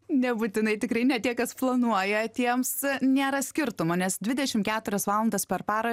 nebūtinai tikrai ne tiek kas planuoja tiems nėra skirtumo nes dvidešimt keturias valandas per parą